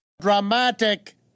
Dramatic